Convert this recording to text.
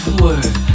word